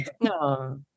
no